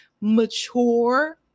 mature